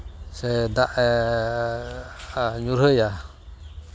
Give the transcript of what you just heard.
ᱥᱮ ᱫᱟᱜ ᱮ ᱧᱩᱨᱦᱟᱹᱭᱟ